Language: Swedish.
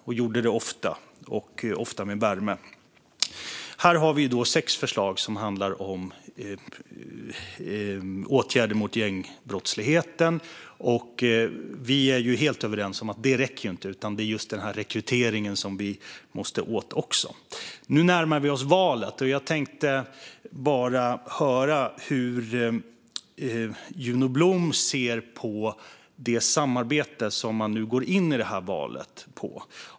Han gjorde det ofta, och ofta med värme. Här har vi alltså sex förslag som handlar om åtgärder mot gängbrottsligheten, och vi är helt överens om att det inte räcker utan att vi måste komma åt rekryteringen också. Nu närmar vi oss valet, Juno Blom, och jag tänkte bara höra hur ni ser på det samarbete som ni går in i det här valet på.